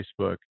Facebook